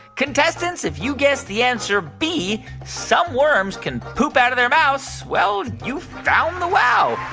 contestants, if you guessed the answer b some worms can poop out of their mouths well, you found the wow.